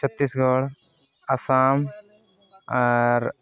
Chhattisgarh Assam ᱟᱨ